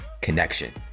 connection